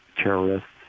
terrorists